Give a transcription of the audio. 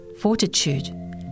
fortitude